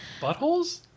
Buttholes